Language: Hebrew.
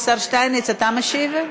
השר שטייניץ, אתה משיב?